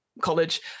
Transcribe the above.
college